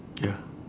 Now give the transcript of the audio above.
ya